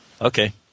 Okay